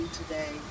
today